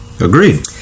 Agreed